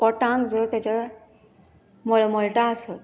पोटांत जर तेज्या मळमळटा आसत